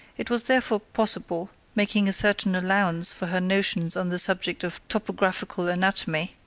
it was therefore possible, making a certain allowance for her notions on the subject of topographical anatomy,